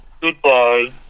Goodbye